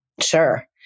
Sure